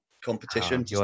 competition